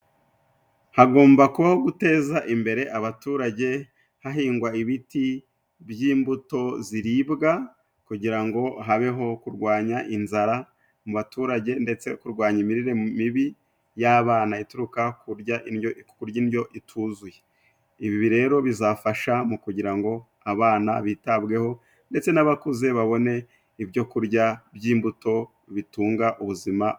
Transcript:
Hagomba kubaho guteza imbere abaturage hahingwa ibiti by'imbuto ziribwa kugira ngo habeho kurwanya inzara mu baturage ndetse kurwanya imirire mibi y'abana ituruka kurya indyo ituzuye. Ibi rero bizafasha mu kugira ngo abana bitabweho ndetse n'abakuze babone ibyo kurya by'imbuto bitunga ubuzima.